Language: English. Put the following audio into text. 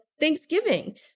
Thanksgiving